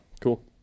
Cool